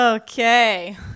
okay